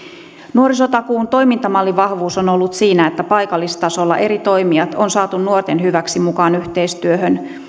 nuorisotakuun toimintamallin vahvuus on ollut siinä että paikallistasolla eri toimijat on saatu nuorten hyväksi mukaan yhteistyöhön